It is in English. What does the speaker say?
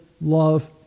love